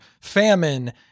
famine